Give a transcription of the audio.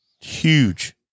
Huge